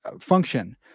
function